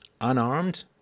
unarmed